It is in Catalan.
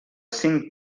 cinc